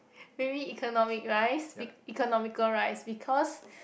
maybe economic rice economical rice because